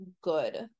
good